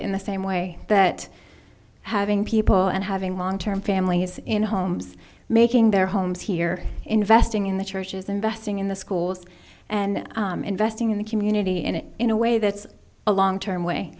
it in the same way that having people and having long term families in homes making their homes here investing in the churches investing in the schools and investing in the community and in a way that's a long term way